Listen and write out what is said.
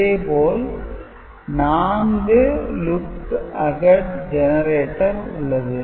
இதே போல் 4 "look ahead generator" உள்ளது